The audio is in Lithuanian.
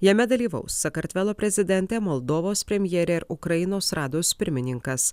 jame dalyvaus sakartvelo prezidentė moldovos premjerė ir ukrainos rados pirmininkas